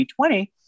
2020